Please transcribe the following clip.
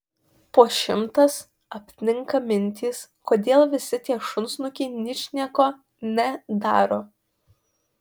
po šimtas apninka mintys kodėl visi tie šunsnukiai ničnieko ne daro